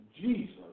Jesus